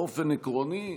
באופן עקרוני,